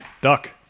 Duck